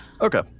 Okay